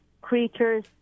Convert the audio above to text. creatures